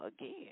again